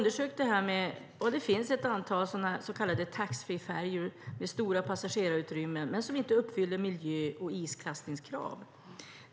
Det finns ett antal så kallade taxfreefärjor med stora passagerarutrymmen som inte uppfyller miljö och isklassningskrav.